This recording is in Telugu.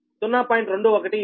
2179 p